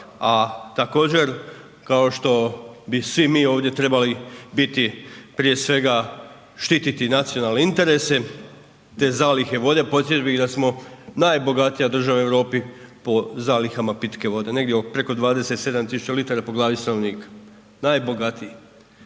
a također kao što bi svi mi ovdje trebali biti prije svega štititi nacionalne interese te zalihe vode, podsjetio bih da smo najbogatija država u Europi po zalihama pitke vode, negdje preko 27 000 litara po glavi stanovnika, najbogatiji,